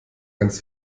ganz